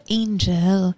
angel